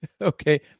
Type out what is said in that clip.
Okay